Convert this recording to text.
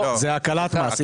זה הקלת מס.